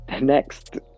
next